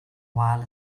while